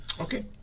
Okay